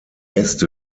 äste